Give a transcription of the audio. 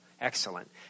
Excellent